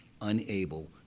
unable